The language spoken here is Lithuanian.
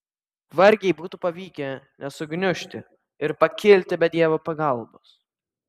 vargiai būtų pavykę nesugniužti ir pakilti be dievo pagalbos